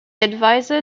adviser